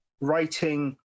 writing